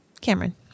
Cameron